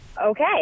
Okay